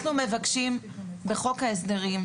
בחוק ההסדרים,